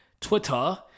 Twitter